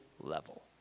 level